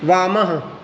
वामः